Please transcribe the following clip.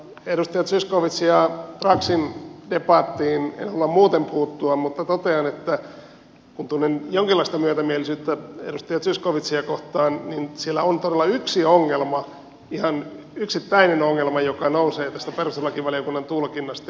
edustaja zyskowiczin ja braxin debattiin en halua muuten puuttua mutta totean että kun tunnen jonkinlaista myötämielisyyttä edustaja zyskowiczia kohtaan niin siellä on todella yksi ongelma ihan yksittäinen ongelma joka nousee tästä perustuslakivaliokunnan tulkinnasta